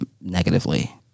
negatively